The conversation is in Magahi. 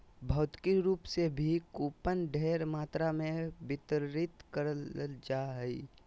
भौतिक रूप से भी कूपन ढेर मात्रा मे वितरित करल जा हय